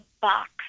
box